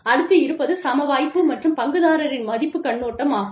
அடுத்து இருப்பது சம வாய்ப்பு மற்றும் பங்குதாரரின் மதிப்பு கண்ணோட்டம் ஆகும்